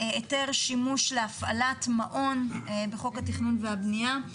היתר שימוש להפעלת מעון בחוק התכנון והבנייה.